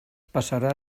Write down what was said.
passarà